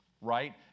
right